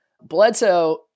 Bledsoe